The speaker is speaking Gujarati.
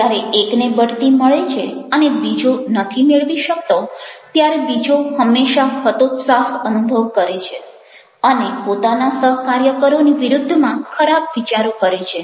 જ્યારે એકને બઢતી મળે છે અને બીજો નથી મેળવી શકતો ત્યારે બીજો હંમેશા હતોત્સાહ અનુભવ કરે છે અને પોતાના સહકાર્યકરોની વિરુદ્ધમાં ખરાબ વિચારો કરે છે